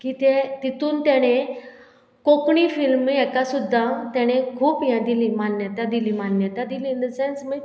की तें तितून तेणें कोंकणी फिल्म हेका सुद्दां तेणे खूब हे दिली मान्यता दिली मान्यता दिली इन द सेंस मागीर